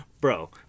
bro